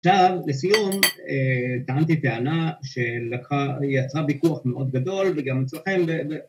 ‫עכשיו, לסיום, טענתי טענה ‫שיצרה ויכוח מאוד גדול, ‫וגם אצלכם...